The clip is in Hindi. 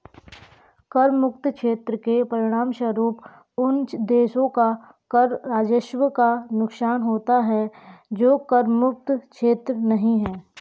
कर मुक्त क्षेत्र के परिणामस्वरूप उन देशों को कर राजस्व का नुकसान होता है जो कर मुक्त क्षेत्र नहीं हैं